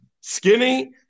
skinny